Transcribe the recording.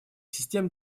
систем